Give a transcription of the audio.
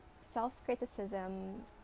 self-criticism